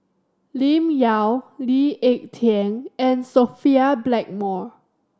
Lim Yau Lee Ek Tieng and Sophia Blackmore